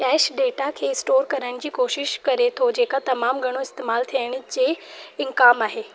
cash data खे store करण जे कोशिशि करे थो जेका तमामु घणो इस्तेमालु थियण जे इनकाम आहे